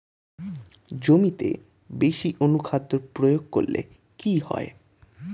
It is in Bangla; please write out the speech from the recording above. জমিতে বেশি অনুখাদ্য প্রয়োগ করলে কি হয়?